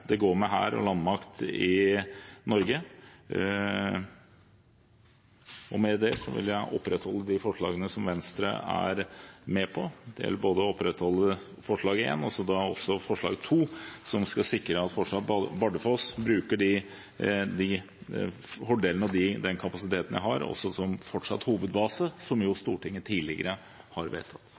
det går med hær og landmakt i Norge. Med det vil jeg ta opp de forslagene Venstre er med på. Jeg vil ta opp både forslag nr.1 og 2, som skal sikre at Bardufoss bruker de fordelene og den kapasiteten de har som fortsatt hovedbase, og som Stortinget tidligere har vedtatt.